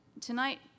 Tonight